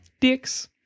dicks